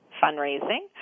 fundraising